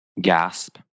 gasp